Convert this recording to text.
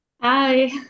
Hi